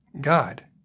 God